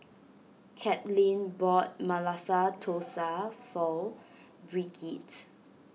Katlynn bought Masala Dosa for Brigette